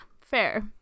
fair